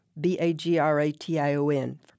B-A-G-R-A-T-I-O-N